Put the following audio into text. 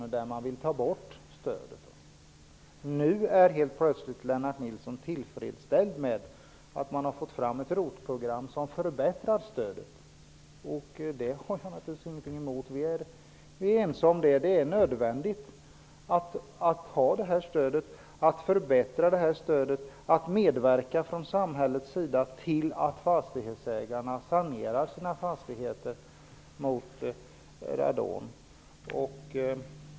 Socialdemokraterna ville ta bort stödet. Nu är Lennart Nilsson helt plötsligt tillfredsställd med att man har fått fram ett ROT-program som förbättrar stödet. Det har jag naturligtvis ingenting emot. Vi är ense om det. Det är nödvändigt att man har detta stöd, att man förbättrar det och att samhället medverkar till att fastighetsägarna sanerar sina fastigheter från radon.